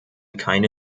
keine